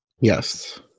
yes